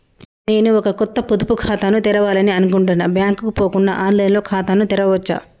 నేను ఒక కొత్త పొదుపు ఖాతాను తెరవాలని అనుకుంటున్నా బ్యాంక్ కు పోకుండా ఆన్ లైన్ లో ఖాతాను తెరవవచ్చా?